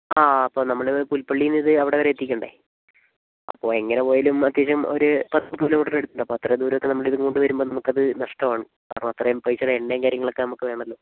ആ അപ്പം നമ്മളിത് പുൽപ്പള്ളീന്ന് ഇത് അവിടെ വരേ എത്തിക്കണ്ടേ അപ്പോൾ എങ്ങനെ പോയാലും അത്യാവശ്യം ഒരു പത്ത് കിലോമീറ്ററിന് അടുത്തുണ്ട് അപ്പോൾ അത്രേം ദൂരം നമ്മളിതും കൊണ്ട് വരുമ്പോൾ നമുക്കത് നഷ്ടാവാണ് അപ്പോൾ അത്രേം പൈസേടെ എണ്ണ കാര്യങ്ങളൊക്കെ നമുക്ക് വേണമല്ലോ